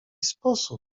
sposób